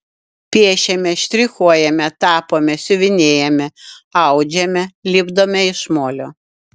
piešiame štrichuojame tapome siuvinėjame audžiame lipdome iš molio